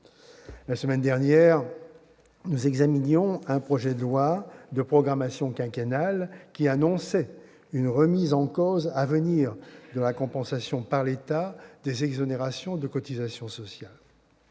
La semaine dernière, nous examinions un projet de loi de programmation quinquennale qui annonçait une remise en cause à venir de la compensation par l'État des exonérations de cotisations sociales.